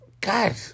God